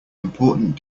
important